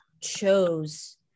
chose